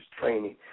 training